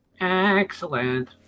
Excellent